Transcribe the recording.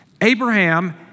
Abraham